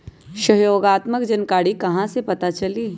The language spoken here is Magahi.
सहयोगात्मक जानकारी कहा से पता चली?